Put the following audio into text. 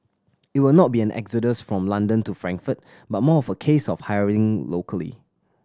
it will not be an exodus from London to Frankfurt but more a case of hiring locally